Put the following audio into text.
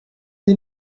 sie